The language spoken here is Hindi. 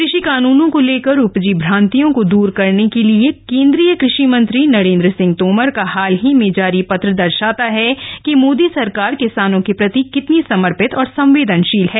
कृषि कानूनों को लेकर उपजी भांतियों को दूर करने के लिए केन्द्रीय कृषि मंत्री नरेन्द्र सिंह तोमर का हाल ही में जारी पत्र दर्शाता है कि मोदी सरकार किसानों के प्रति कितनी समर्पित और संवेदनशील है